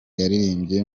yaririmbye